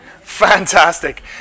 Fantastic